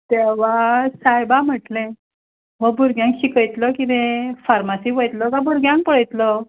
देवा सायबा म्हणलें हो भुरग्यांक शिकयत्लो किदें फार्मासी वयत्लो काय भुरग्यांक पळयत्लो